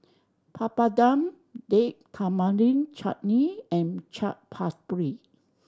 Papadum Date Tamarind Chutney and Chaat Papri